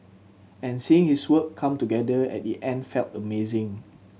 and seeing his work come together at the end felt amazing